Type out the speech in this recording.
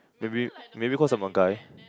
maybe maybe cause I'm a guy